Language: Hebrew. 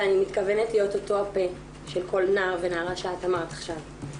ואני מתכוונת להיות אותו הפה של כל נער ונערה שאת אמרת עכשיו.